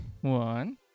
One